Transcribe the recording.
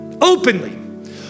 openly